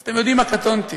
אז אתם יודעים מה, קטונתי.